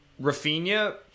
Rafinha